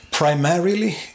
primarily